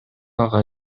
ага